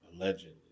allegedly